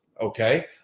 okay